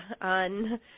on